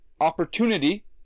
opportunity